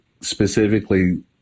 specifically